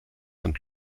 und